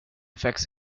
effects